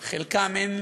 חלקם, אין